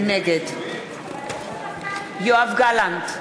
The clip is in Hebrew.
נגד יואב גלנט,